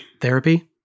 Therapy